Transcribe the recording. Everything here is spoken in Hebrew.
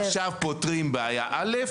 עכשיו פותרים בעיה א',